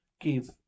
give